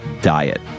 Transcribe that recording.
Diet